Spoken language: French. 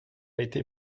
été